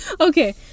okay